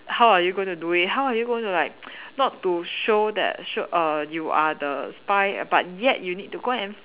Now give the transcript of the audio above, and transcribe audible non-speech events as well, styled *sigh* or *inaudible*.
how are you going to do it how are you going to like *noise* not to show that show err you are the spy but yet you need to go and